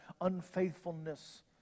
unfaithfulness